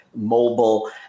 mobile